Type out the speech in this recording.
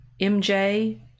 MJ